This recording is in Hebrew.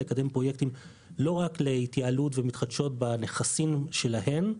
לקדם פרויקטים לא רק להתייעלות ומתחדשות בנכסים שלהן,